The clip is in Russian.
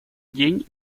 день